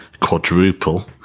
quadruple